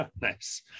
Nice